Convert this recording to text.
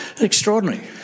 Extraordinary